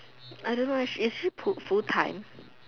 I don't know eh is she full full time